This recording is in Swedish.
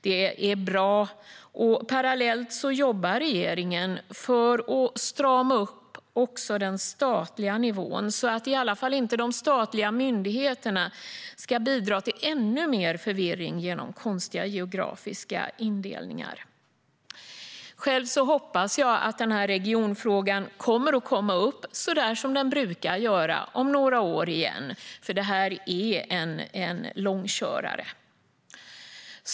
Det är bra, och parallellt jobbar regeringen för att strama upp också den statliga nivån så att de statliga myndigheterna åtminstone inte ska bidra till ännu mer förvirring genom konstiga geografiska indelningar. Själv hoppas jag att regionfrågan kommer att komma upp så där som den brukar göra om några år igen, för det här är en långkörare.